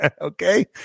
okay